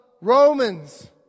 Romans